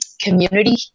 community